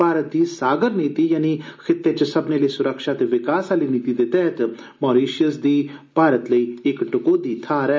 भारत दी सागर नीति यानि खित्ते च सब्भनें लेई सुरक्षा ते विकास आहली नीति दे तैहत मारिशियस दी भारत लेई इक टकोह्दी थाह्न ऐ